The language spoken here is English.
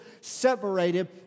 separated